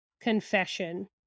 confession